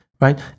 right